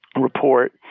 report